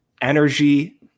energy